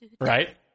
Right